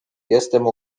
jestem